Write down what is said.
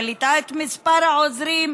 העלתה את מספר העוזרים,